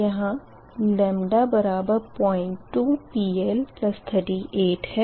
यहाँλ02 PL38 है